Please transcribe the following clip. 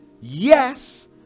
Yes